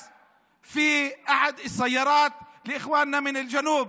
איך המשטרה שותלת נשק באחת המכוניות של אחינו מהדרום.